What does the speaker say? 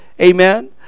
amen